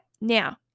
Now